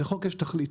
אז לחוק יש תכלית,